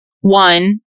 one